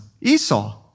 Esau